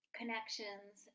connections